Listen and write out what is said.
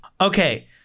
Okay